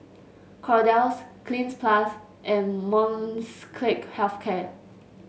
Kordel's Cleanz Plus and Molnylcke Health Care